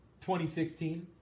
2016